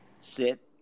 sit